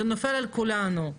זה נופל על כולנו.